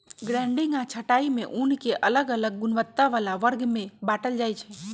grading आऽ छँटाई में ऊन के अलग अलग गुणवत्ता बला वर्ग में बाटल जाइ छइ